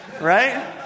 right